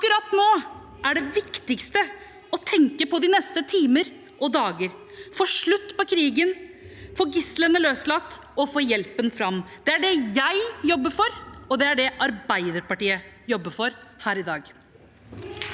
akkurat nå er det viktigst å tenke på de neste timene og dagene, få slutt på krigen, få gislene løslatt og få hjelpen fram. Det er det jeg jobber for, og det er det Arbeiderpartiet jobber for her i dag.